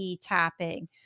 tapping